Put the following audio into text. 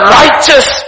righteous